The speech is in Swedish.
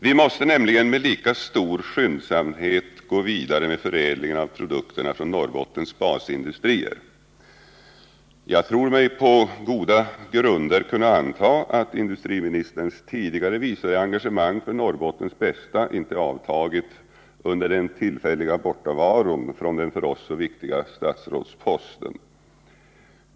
Vi måste nämligen med lika stor skyndsamhet gå vidare med förädlingen av produkterna från Norrbottens basindustrier. Jag tror mig på goda grunder kunna anta att industriministerns tidigare visade engagemang för Norrbottens bästa inte avtagit under den tillfälliga bortovaron från den för oss så viktiga statsrådsposten.